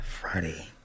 Friday